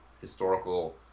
historical